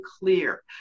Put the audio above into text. clear